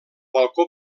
balcó